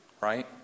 Right